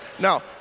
Now